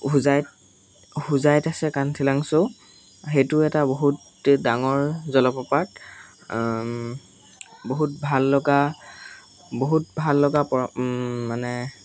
হোজাই হোজাইত আছে কান্থিলাংছ' সেইটো এটা বহুত ডাঙৰ জলপ্ৰপাত বহুত ভাল লগা বহুত ভাল লগা প মানে